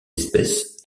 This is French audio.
espèces